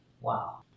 Wow